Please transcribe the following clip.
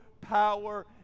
power